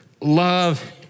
Love